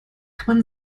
kann